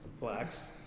blacks